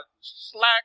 slack